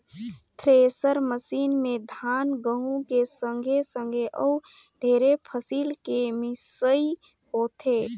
thresher machine में धान, गहूँ के संघे संघे अउ ढेरे फसिल के मिसई होथे